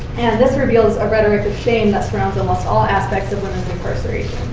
and this reveals a rhetoric of shame that surrounds almost all aspects of women's incarceration.